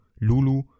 Lulu